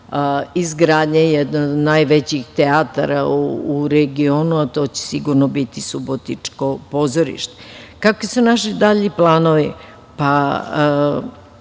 izgradnja jednog od najvećih teatara u regionu, a to će sigurno biti subotičko pozorište. Kakvi su naši dalji planovi?